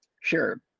Sure